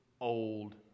old